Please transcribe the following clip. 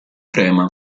crema